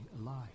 alive